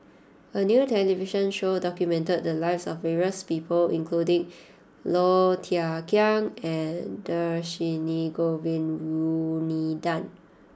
a new television show documented the lives of various people including Low Thia Khiang and Dhershini Govin Winodan